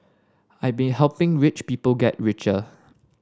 I been helping rich people get richer